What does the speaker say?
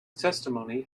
testimony